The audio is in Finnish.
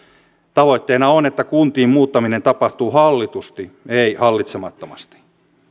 tavoitteena on että kuntiin muuttaminen tapahtuu hallitusti ei hallitsemattomasti